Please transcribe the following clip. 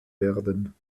werden